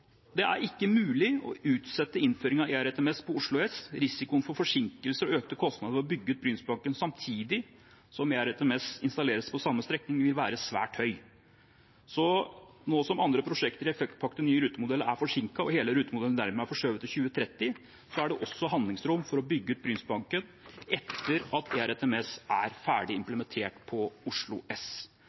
Det er ikke mulig å utsette innføringen av ERTMS på Oslo S. Risikoen for forsinkelser og økte kostnader ved å bygge ut Brynsbakken samtidig som ERTMS installeres på samme strekning, vil være svært høy. Nå som andre prosjekter i effektpakken til ny rutemodell er forsinket, og hele rutemodellen dermed er forskjøvet til 2030, er det også handlingsrom for å bygge ut Brynsbakken etter at ERTMS er ferdig implementert på Oslo S.